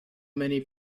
many